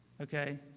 okay